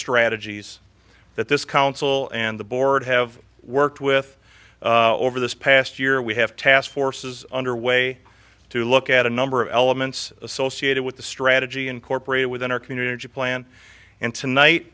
strategies that this council and the board have worked with over this past year we have task forces underway to look at a number of elements associated with the strategy incorporated within our community plan and tonight